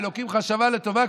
ואלוקים חשבה לטובה,